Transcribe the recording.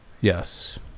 Yes